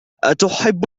أتحب